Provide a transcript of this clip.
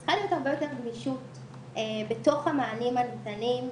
צריכה להיות יותר גמישות בתוך המענים הניתנים,